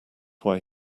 why